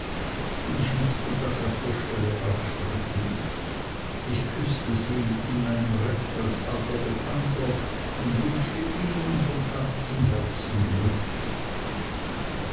und ich mußte das auch auf der stelle aussprechen ich küßte sie in meinem recht als alter bekannter und wünschte ihnen von ganzem herzen glück